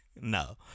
No